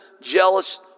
jealous